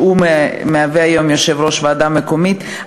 שהוא היום יושב-ראש הוועדה המקומית,